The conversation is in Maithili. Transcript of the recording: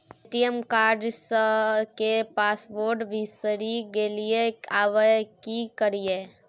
ए.टी.एम कार्ड के पासवर्ड बिसरि गेलियै आबय की करियै?